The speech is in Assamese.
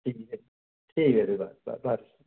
ঠিক আছে ঠিক আছে বাৰু বাৰু বাৰু